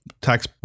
tax